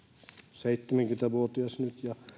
seitsemänkymmentä vuotias nyt ja